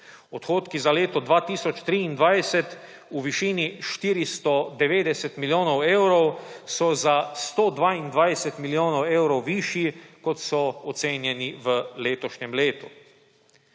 Odhodki za leto 2023 v višini 490 milijonov evrov so za 122 milijonov evrov višji, kot so ocenjeni v letošnjem letu.